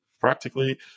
practically